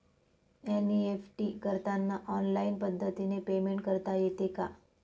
NEFT करताना online पद्धतीने payment करता येते का?